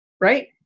right